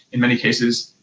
in many cases,